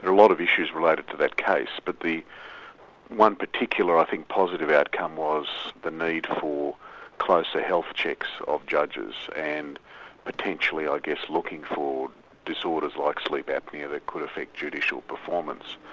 lot of issues related to that case, but the one particular, i think, positive outcome, was the need for closer health checks of judges, and potentially i guess looking for disorders like sleep apnoea that could affect judicial performance.